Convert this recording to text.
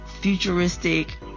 futuristic